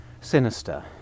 sinister